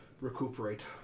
recuperate